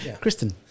kristen